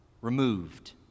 removed